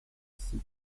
cid